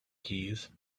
keys